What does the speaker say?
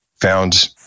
found